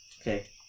Okay